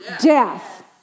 death